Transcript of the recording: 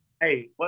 Hey